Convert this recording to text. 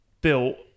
built